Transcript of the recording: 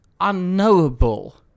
unknowable